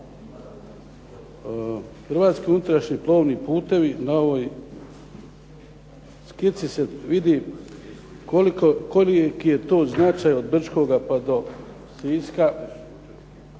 hrvatski unutrašnji plovni putevi, na ovoj skici se vidi koliki je to značaj od Brčkoga pa do Siska